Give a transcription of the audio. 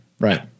Right